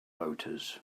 voters